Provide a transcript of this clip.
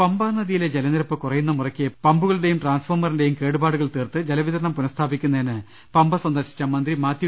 പമ്പാ നദിയിലെ ജലനിരപ്പ് കുറയുന്ന മുറയ്ക്ക് പമ്പുകളുടെയും ട്രാൻസ്ഫോർമറിന്റെയും കേടുപാടുകൾ തീർത്ത് ജലവിതരണം പുനസ്ഥാപിക്കുന്നതിന് പമ്പ സന്ദർശിച്ച മന്ത്രി മാത്യു